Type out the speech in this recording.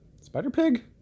Spider-Pig